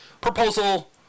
proposal